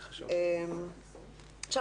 עכשיו,